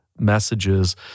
Messages